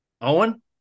Owen